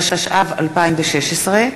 התשע"ו 2016,